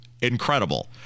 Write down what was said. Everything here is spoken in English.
incredible